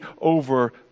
over